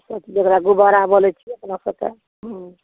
ओसब जकरा गुब्बारा बोलैत छियै अपना सबके हूँ